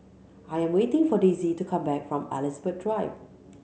I am waiting for Daisy to come back from Elizabeth Drive